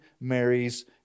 Mary's